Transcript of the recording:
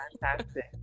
fantastic